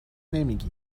نمیگی